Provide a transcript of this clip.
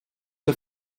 der